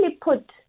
put